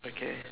okay